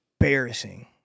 embarrassing